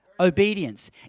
obedience